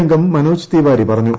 അംഗം മനോജ് തിവാരി പറഞ്ഞു